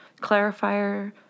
clarifier